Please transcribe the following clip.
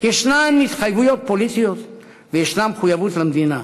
יש התחייבויות פוליטיות ויש מחויבות למדינה,